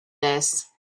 this